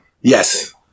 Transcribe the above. Yes